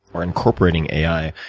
or incorporating ai,